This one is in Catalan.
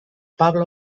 pablo